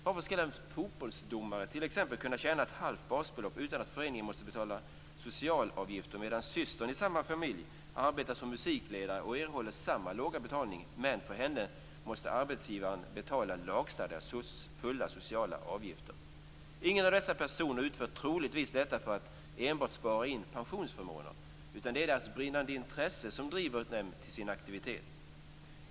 Varför skall t.ex. en fotbollsdomare kunna tjäna ett halvt basbelopp utan att föreningen måste betala socialavgifter, medan arbetsgivaren måste betala lagstadgade fulla sociala avgifter för systern i samma familj som arbetar som musikledare och får samma låga betalning? Ingen av dessa personer utför troligtvis detta arbete för att spara in pensionsförmåner, utan det är deras brinnande intresse som driver dem till aktiviteten.